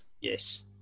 Yes